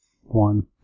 one